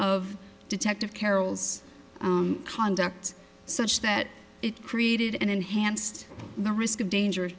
of detective carroll's conduct such that it created and enhanced the risk of danger